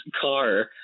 car